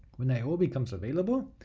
when i o becomes available,